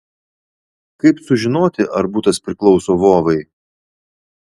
kaip sužinoti ar butas priklauso vovai